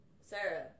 Sarah